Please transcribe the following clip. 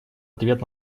ответ